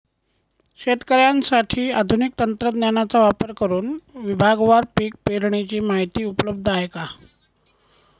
शेतकऱ्यांसाठी आधुनिक तंत्रज्ञानाचा वापर करुन विभागवार पीक पेरणीची माहिती उपलब्ध आहे का?